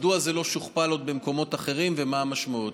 מדוע זה לא שוכפל עוד במקומות אחרים ומה המשמעויות?